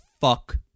fuck